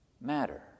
matter